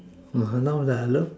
okay now that I love